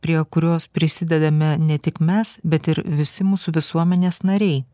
prie kurios prisidedame ne tik mes bet ir visi mūsų visuomenės nariai